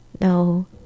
no